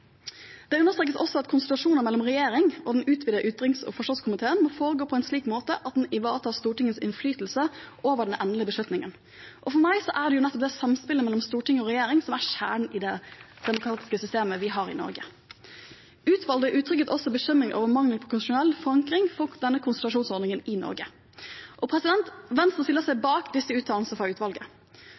Det understrekes også at konsultasjoner mellom regjering og den utvidete utenriks- og forsvarskomiteen må foregå på en slik måte at den ivaretar Stortingets innflytelse over den endelige beslutningen. For meg er det nettopp det samspillet mellom storting og regjering som er kjernen i det demokratiske systemet vi har i Norge. Utvalget uttrykte også bekymring over mangelen på konstitusjonell forankring for denne konsultasjonsordningen i Norge. Venstre stiller seg bak disse uttalelsene fra utvalget.